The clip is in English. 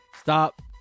Stop